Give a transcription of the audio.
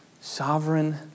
Sovereign